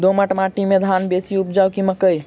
दोमट माटि मे धान बेसी उपजाउ की मकई?